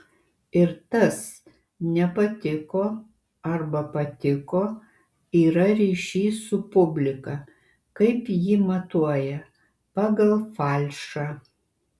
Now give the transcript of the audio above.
ir tas nepatiko arba patiko yra ryšys su publika kaip ji matuoja pagal falšą